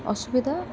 ଅସୁବିଧା